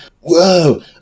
Whoa